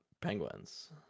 penguins